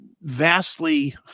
vastly